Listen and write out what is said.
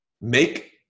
make